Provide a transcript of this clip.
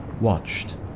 watched